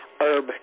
herb